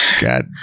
god